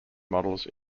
models